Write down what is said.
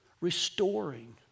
restoring